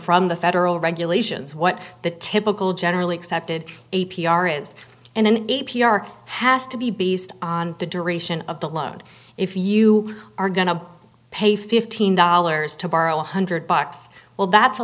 from the federal regulations what the typical generally accepted a p r is in an a p r has to be based on the duration of the load if you are going to pay fifteen dollars to borrow one hundred bucks well that's a